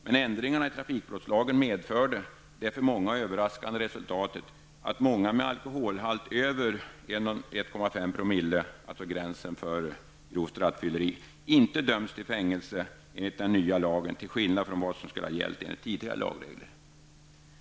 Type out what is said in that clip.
Men ändringarna i trafikbrottslagen fick det för många överraskande resultatet att många med alkoholhalt över 1,5 promille -- gränsen för grovt rattfylleri -- inte döms till fängelse enligt den nya lagen, till skillnad från vad som skulle ha gällt enligt tidigare lagregler.